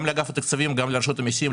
גם לאגף התקציבים גם לרשות המסים,